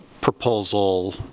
proposal